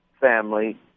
family